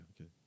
okay